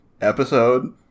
episode